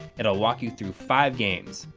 it'll walk you through five games.